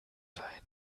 sein